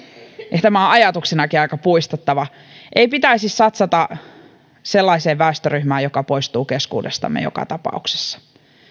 ja tämä on ajatuksenakin aika puistattava ei pitäisi satsata sellaiseen väestöryhmään joka poistuu keskuudestamme joka tapauksessa